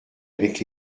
avec